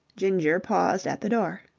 ginger paused at the door.